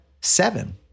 Seven